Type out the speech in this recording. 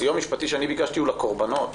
הסיוע המשפטי שאני ביקשתי הוא לקורבנות.